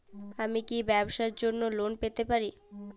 আমি কি ব্যবসার জন্য লোন পেতে পারি?